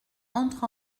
entre